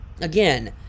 Again